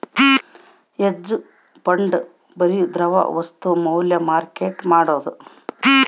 hedge fund ಬರಿ ದ್ರವ ವಸ್ತು ಮ್ಯಾಲ ಮಾರ್ಕೆಟ್ ಮಾಡೋದು